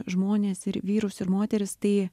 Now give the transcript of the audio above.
žmones ir vyrus ir moteris tai